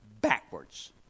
backwards